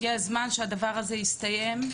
הגיע הזמן שהדבר הזה יסתיים.